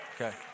Okay